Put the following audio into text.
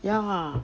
ya ah